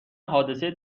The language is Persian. حادثه